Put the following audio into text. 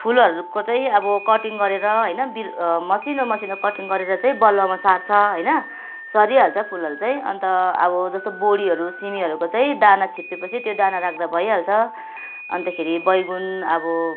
फुलहरूको चाहिँ अब कटिङ गरेर होइन बिर् मसिनो मसिनो कटिङ गरेर चाहिँ बालुवामा सार्छ होइन सरिहाल्छ फुलहरू चाहिँ अन्त अब जस्तो बोडीहरू सिमीहरूको चाहिँ दाना छिप्पिएपछि त्यो दाना राख्दा भइहाल्छ अन्तखेरि बैगुन अब